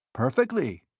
perfectly.